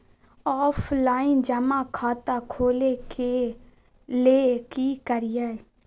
Offline जमा खाता खोले ले की करिए?